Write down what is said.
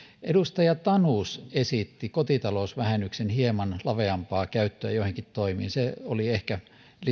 edustaja tanus esitti kotitalousvähennyksen hieman laveampaa käyttöä joihinkin toimiin se oli ehkä